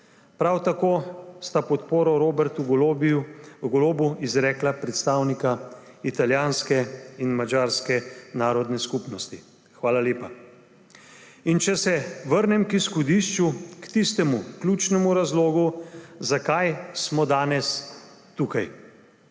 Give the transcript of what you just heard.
Prav tako sta podporo Robertu Golobu izrekla predstavnika italijanske in madžarske narodne skupnosti – hvala lepa. In če se vrnem k izhodišču, k tistemu ključnemu razlogu, zakaj smo danes tukaj.